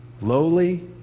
lowly